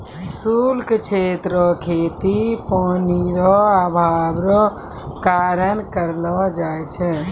शुष्क क्षेत्र रो खेती पानी रो अभाव रो कारण करलो जाय छै